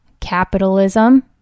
Capitalism